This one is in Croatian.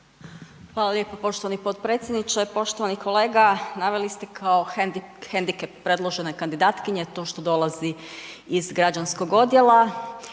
Hvala lijepo poštovani potpredsjedniče. Poštovani kolega. Naveli ste kao hendikep predložene kandidatkinje to što dolazi iz građanskog odjela,